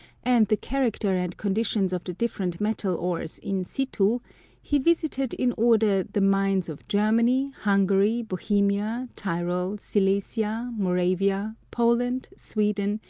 and the character and conditions of the different metal ores in situ, he visited in order the mines of germany, hungary, bohemia, tyrol, silesia, moravia, poland, sweden,